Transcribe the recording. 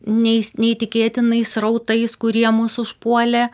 neis neįtikėtinais srautais kurie mus užpuolė